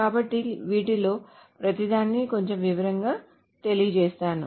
కాబట్టి వీటిలో ప్రతిదానిని కొంచెం వివరంగా తెలియజేస్తాను